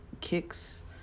kicks